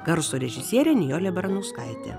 garso režisierė nijolė baranauskaitė